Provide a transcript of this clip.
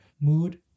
mood